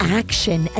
action